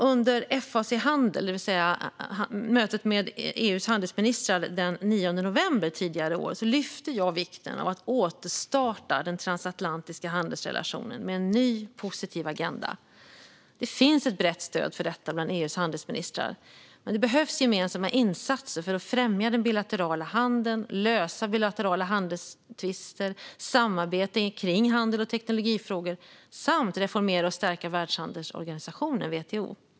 Under FAC handel, det vill säga mötet med EU:s handelsministrar, den 9 november i år lyfte jag vikten av att återstarta den transatlantiska handelsrelationen med en ny positiv agenda. Det finns ett brett stöd för detta bland EU:s handelsministrar. Det behövs gemensamma insatser för att främja den bilaterala handeln, lösa bilaterala handelstvister, samarbeta kring handel och teknologifrågor samt reformera och stärka Världshandelsorganisationen, WTO.